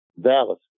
Dallas